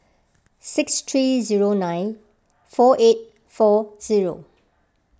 six three zero nine four eight four zero